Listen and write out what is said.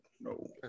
no